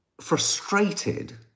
frustrated